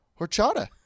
horchata